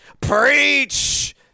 preach